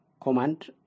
Command